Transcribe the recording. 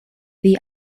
the